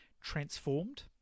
transformed